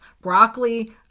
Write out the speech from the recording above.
broccoli